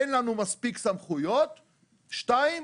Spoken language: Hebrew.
אין לנו מספיק סמכויות; שתיים,